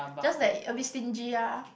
just that a bit stingy ah